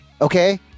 Okay